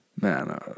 man